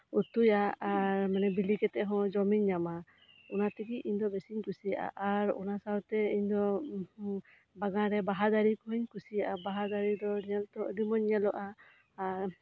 ᱩᱛᱩᱭᱟ ᱟᱨ ᱢᱟᱱᱮ ᱵᱮᱞᱮ ᱠᱟᱛᱮᱫ ᱦᱚᱸ ᱡᱚᱢᱤᱧ ᱧᱟᱢᱟ ᱚᱱᱟ ᱛᱮᱜᱮ ᱤᱧ ᱫᱚ ᱵᱤᱥᱤᱧ ᱠᱩᱥᱤᱭᱟᱜᱼᱟ ᱟᱨ ᱚᱱᱟ ᱥᱟᱶᱛᱮ ᱤᱧ ᱫᱚ ᱵᱟᱜᱟᱱ ᱨᱮ ᱵᱟᱦᱟ ᱫᱟᱨᱮ ᱠᱚᱧ ᱠᱩᱥᱤᱭᱟᱜᱼᱟ ᱵᱟᱦᱟ ᱫᱟᱨᱮ ᱫᱚ ᱧᱮᱞ ᱛᱮᱦᱚᱸ ᱟᱰᱤ ᱢᱚᱸᱡᱽ ᱧᱮᱞᱚᱜᱼᱟ ᱟᱨ